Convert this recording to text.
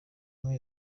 umwe